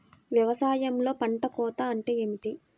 వ్యవసాయంలో పంట కోత అంటే ఏమిటి?